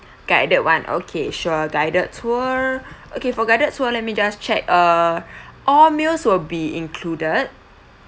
guided one okay sure guided tour okay for guided tour let me just check err all meals will be included